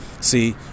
See